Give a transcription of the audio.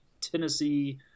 Tennessee